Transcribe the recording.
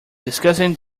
discussing